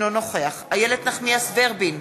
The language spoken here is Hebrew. אינו נוכח איילת נחמיאס ורבין,